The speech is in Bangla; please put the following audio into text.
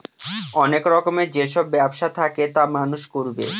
অনেক রকমের যেসব ব্যবসা থাকে তা মানুষ করবে